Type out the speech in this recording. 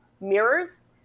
mirrors